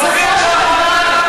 בסופו של דבר,